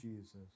Jesus